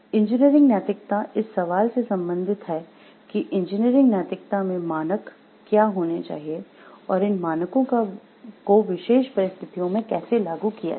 engineering नैतिकता इस सवाल से संबंधित है कि इंजीनियरिंग नैतिकता में मानक क्या होने चाहिए और इन मानकों को विशेष परिस्थितियों में कैसे लागू किया जाए